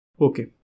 Okay